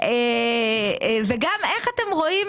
איך אתם רואים